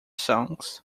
songs